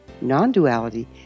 non-duality